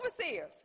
Overseers